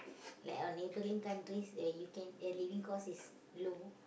like our neighbouring countries where you can their living cost is low